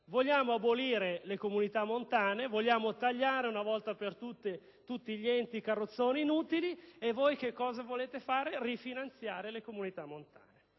Vogliamo abolire le comunità montane, vogliamo tagliare una volta per tutte tutti gli enti e i carrozzoni inutili e voi, invece, volete rifinanziare le comunità montane.